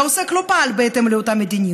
והעוסק לא פעל בהתאם לאותה מדיניות,